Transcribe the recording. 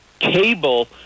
Cable